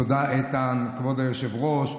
תודה, איתן, כבוד היושב-ראש.